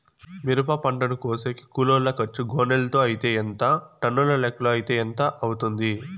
మిరప పంటను కోసేకి కూలోల్ల ఖర్చు గోనెలతో అయితే ఎంత టన్నుల లెక్కలో అయితే ఎంత అవుతుంది?